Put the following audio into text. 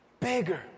bigger